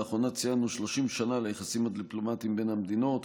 לאחרונה ציינו 30 שנה ליחסים הדיפלומטיים בין המדינות.